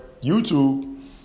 YouTube